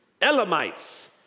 Elamites